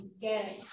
get